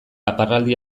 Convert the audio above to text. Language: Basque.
aparraldi